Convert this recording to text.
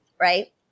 right